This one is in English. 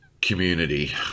community